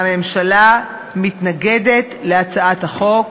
הממשלה מתנגדת להצעת החוק,